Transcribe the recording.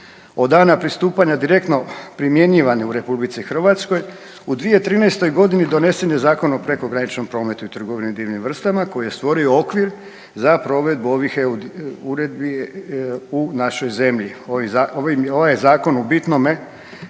od dana pristupanja direktno primjenjivane u Republici Hrvatskoj u 2013. godini donesen je Zakon o prekograničnom prometu i trgovini divljim vrstama koji je stvorio okvir za provedbu ovih EU uredbi u našoj zemlji. Ovaj je zakon u bitnome